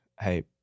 hey